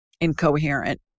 incoherent